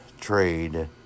trade